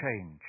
change